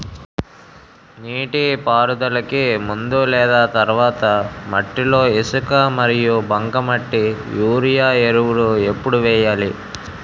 నీటిపారుదలకి ముందు లేదా తర్వాత మట్టిలో ఇసుక మరియు బంకమట్టి యూరియా ఎరువులు ఎప్పుడు వేయాలి?